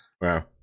Wow